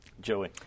Joey